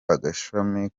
agashami